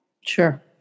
Sure